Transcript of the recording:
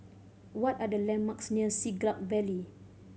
what are the landmarks near Siglap Valley